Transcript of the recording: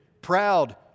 proud